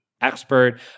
expert